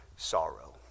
sorrow